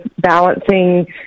balancing